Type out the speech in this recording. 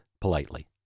politely